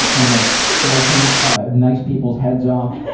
ah you know, slicing ah, nice people's heads off,